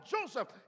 Joseph